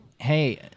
Hey